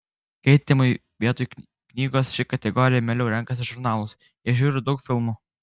skaitymui vietoj knygos ši kategorija mieliau renkasi žurnalus jie žiūri daug filmų